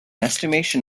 estimation